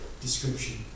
description